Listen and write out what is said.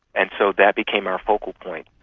and so that became our focal point.